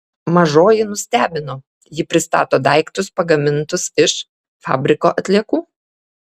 mažoji nustebino ji pristato daiktus pagamintus iš fabriko atliekų